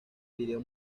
vídeo